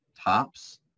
tops